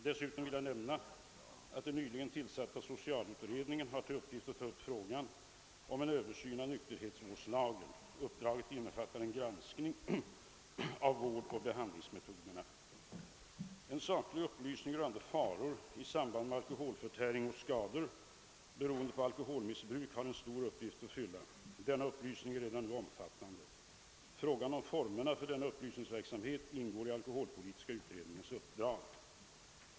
Dessutom vill jag nämna, att den nyligen tillsatta socialutredningen har till uppgift att ta upp frågan om en allmän översyn av bl.a. nykterhetsvårdslagen. Uppdraget innefattar en granskning av vårdoch behandlingsmetoder. En saklig upplysning rörande faror i samband med alkoholförtäring och skador beroende på alkoholmissbruk har en stor uppgift att fylla. Denna upplysning är redan nu omfattande. Frågan om formerna för denna upplysningsverksamhet ingår i alkoholpolitiska utredningens uppdrag.